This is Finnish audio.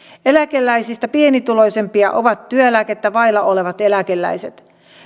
eläkeläisistä pienituloisimpia ovat työeläkettä vailla olevat eläkeläiset